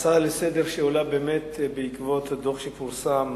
ההצעה לסדר-היום עולה בעקבות הדוח שפרסם